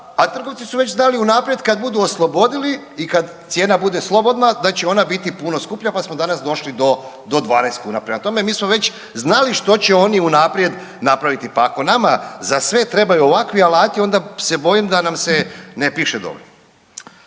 A trgovci su već znali unaprijed kad budu oslobodili i kad cijena bude slobodna da će ona biti puno skuplja, pa smo danas došli do 12 kuna. Prema tome, mi smo već znali što će oni unaprijed napraviti. Pa ako nama za sve treba ovakvi alati onda se bojim da nam se ne piše dobro.